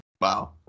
Wow